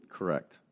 Correct